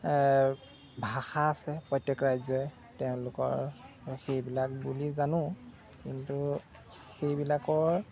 ভাষা আছে প্ৰত্যেক ৰাজ্যৰে তেওঁলোকৰ সেইবিলাক বুলি জানো কিন্তু সেইবিলাকৰ